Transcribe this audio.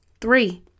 Three